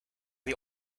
the